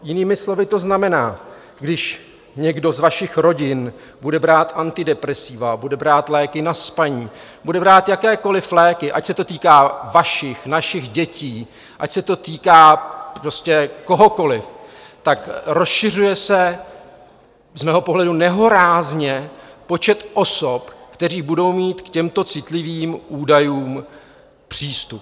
Jinými slovy to znamená, když někdo z vašich rodin bude brát antidepresiva, bude brát léky na spaní, bude brát jakékoli léky, ať se to týká vašich, našich dětí, ať se to týká prostě kohokoli, tak rozšiřuje se z mého pohledu nehorázně počet osob, které budou mít k těmto citlivým údajům přístup.